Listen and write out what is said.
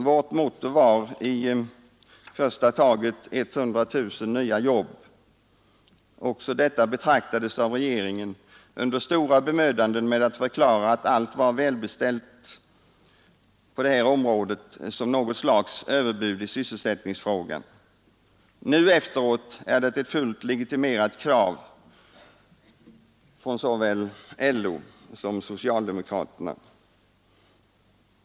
Vårt motto var i första taget 100 000 nya jobb. Också detta betraktades av regeringen, under stora bemödanden med att förklara att allt var välbeställt på området, som något slags överbud i sysselsättningsfrågan. Nu efte är det ett fullt legitimt krav från såväl LO som socialdemokraterna.